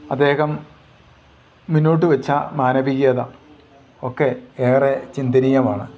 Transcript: അദ്ദേഹം മുന്നോട്ടുവെച്ച മാനവീയത ഒക്കെ ഏറെ ചിന്തനീയമാണ്